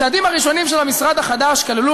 הצעדים הראשונים של המשרד החדש כללו